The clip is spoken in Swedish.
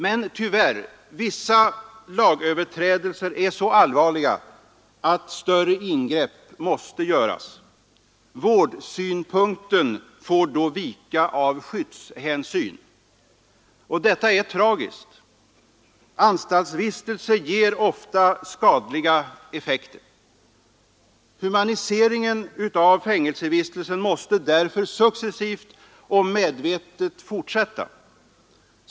Men, tyvärr, vissa lagöverträdelser är så allvarliga att större ingrepp måste göras. Vårdsynpunkten får då ge vika av skyddshänsyn. Detta är tragiskt. Anstaltsvistelse ger ofta skadliga effekter. Humaniseringen av fängelsevistelsen måste därför successivt och medvetet fortsätta.